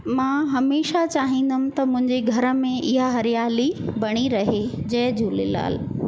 मां हमेशह चाहींदमि त मुंहिंजे घर में ईअं हरियाली बणी रहे जय झूलेलाल